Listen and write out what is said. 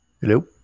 hello